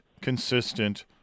consistent